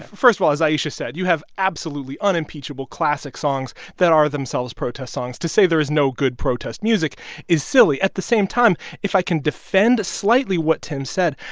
first of all, as ayesha said, you have absolutely unimpeachable, classic songs that are themselves protest songs. to say there is no good protest music is silly. at the same time, if i can defend slightly what tim said,